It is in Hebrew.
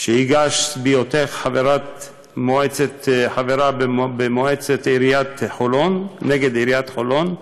שהגשת בהיותך חברה במועצה נגד עיריית חולון,